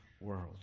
world